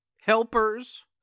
Helpers